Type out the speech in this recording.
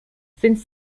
since